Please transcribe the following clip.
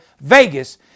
VEGAS